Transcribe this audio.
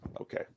Okay